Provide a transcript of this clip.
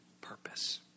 purpose